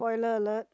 spoiler alert